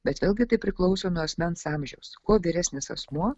bet vėlgi tai priklauso nuo asmens amžiaus kuo vyresnis asmuo